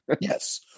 Yes